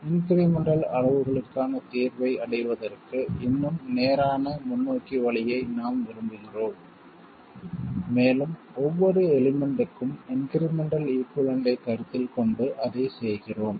incremental அளவுகளுக்கான தீர்வை அடைவதற்கு இன்னும் நேரான முன்னோக்கி வழியை நாம் விரும்புகிறோம் மேலும் ஒவ்வொரு எலிமெண்ட்க்கும் இன்க்ரிமெண்டல் ஈகுய்வளன்ட்டைக் கருத்தில் கொண்டு அதைச் செய்கிறோம்